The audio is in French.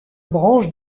branche